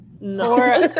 No